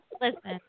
Listen